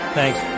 Thanks